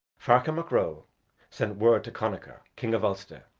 ferchar mac ro sent word to connachar, king of ulster,